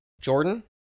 jordan